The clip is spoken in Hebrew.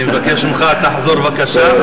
אני מבקש ממך, תחזור בבקשה.